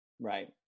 right